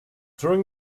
during